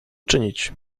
czynić